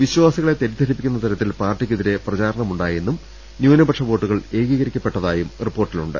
വിശ്വാ സികളെ തെറ്റിദ്ധരിപ്പിക്കുന്ന തരത്തിൽ പാർട്ടിയ്ക്കെതിരെ പ്രചാരണമുണ്ടായെന്നും ന്യൂനപക്ഷ വോട്ടുകൾ ഏകീകരി ക്കപ്പെട്ടതായും റിപ്പോർട്ടുകളുണ്ട്